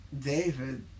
David